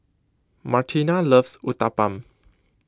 Martina loves Uthapam